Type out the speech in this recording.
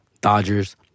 Dodgers